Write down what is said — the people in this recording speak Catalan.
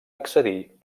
accedir